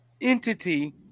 entity